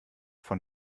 von